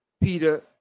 Peter